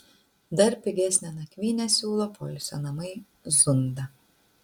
dar pigesnę nakvynę siūlo poilsio namai zunda